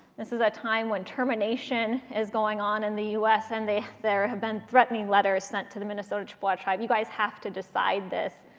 this is a time when termination is going on in the us and they there have been threatening letters sent to the minnesota chippewa tribe you guys have to decide this,